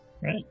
Right